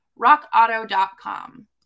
rockauto.com